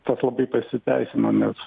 tas labai pasiteisino nes